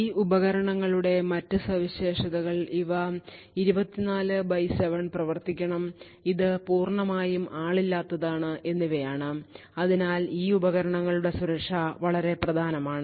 ഈ ഉപകരണങ്ങളുടെ മറ്റ് സവിശേഷതകൾ ഇവ 24X7 പ്രവർത്തിക്കണം ഇത് പൂർണമായും ആളില്ലാത്തതാണ് എന്നിവയാണ് അതിനാൽ ഈ ഉപകരണങ്ങളുടെ സുരക്ഷ വളരെ പ്രധാനമാണ്